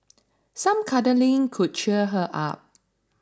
some cuddling could cheer her up